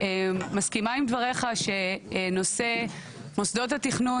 אני מסכימה עם דבריך שנושא מוסדות התכנון